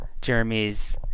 Jeremy's